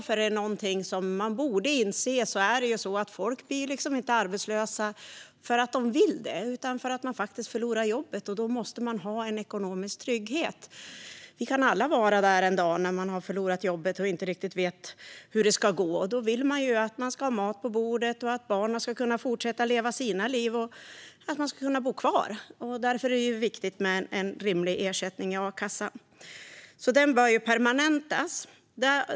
Är det någonting man borde inse är det att folk inte blir arbetslösa för att de vill det utan för att de faktiskt förlorar jobbet. Då måste de ha en ekonomisk trygghet. Man har förlorat jobbet och vet inte riktigt hur det ska gå - vi kan alla vara där en dag. Då vill man att det finns mat på bordet, att barnen kan fortsätta att leva sina liv och att man ska kunna bo kvar. Därför är det viktigt med en rimlig ersättning i a-kassan. Den bör permanentas.